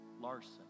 Larson